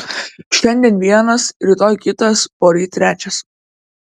šiandien vienas rytoj kitas poryt trečias